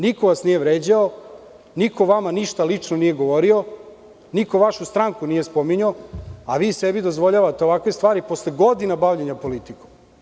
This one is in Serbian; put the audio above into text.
Niko vas nije vređao, niko vama ništa lično nije govorio i niko vašu stranku nije spominjao, a vi sebi dozvoljavate ovakve stvari posle toliko godina bavljenja politikom.